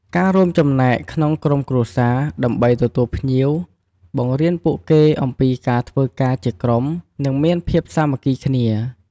ការចូលរួមចំណែកក្នុងក្រុមគ្រួសារដើម្បីទទួលភ្ញៀវ បង្រៀនពួកគេអំពីការធ្វើការជាក្រុម និងមានភាពសាមគ្គីគ្នា។